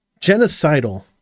genocidal